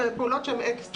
אבל לפעולות שהן אקסטרה,